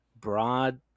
broad